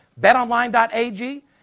BetOnline.ag